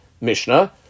Mishnah